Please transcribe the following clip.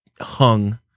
hung